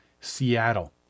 Seattle